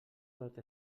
tot